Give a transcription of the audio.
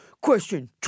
question